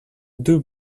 deux